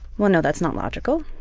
well no, that's not logical.